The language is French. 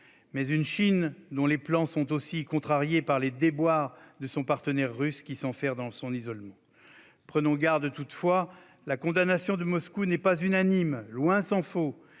même si ses plans sont également contrariés par les déboires de son partenaire russe, qui s'enferre dans son isolement. Prenons garde toutefois, la condamnation de Moscou n'est pas unanime, tant s'en faut